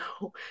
no